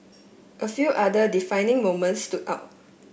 a few other defining moments stood out